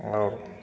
आओर